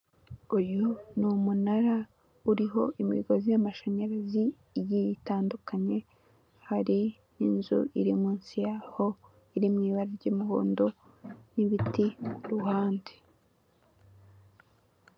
Uyu ni umunara uriho imigozi y'amashanyarazi igiye itandukanye hari n'inzu iri munsi yaho iri mu ibara ry'umuhondo n'ibiti ruhande.